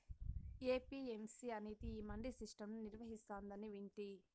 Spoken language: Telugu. ఏ.పీ.ఎం.సీ అనేది ఈ మండీ సిస్టం ను నిర్వహిస్తాందని వింటి